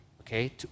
okay